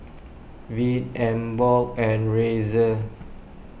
Veet Emborg and Razer